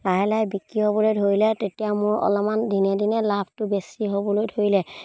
লাহে লাহে বিক্ৰী হ'বলৈ ধৰিলে তেতিয়া মোৰ অলপমান দিনে দিনে লাভটো বেছি হ'বলৈ ধৰিলে